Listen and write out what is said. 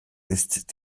ist